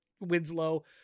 Winslow